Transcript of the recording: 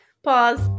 Pause